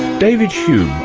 david hume,